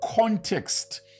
context